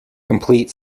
complete